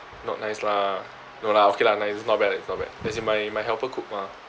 not nice lah no lah okay lah nice it's not bad not bad as in my my helper cook mah